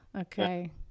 Okay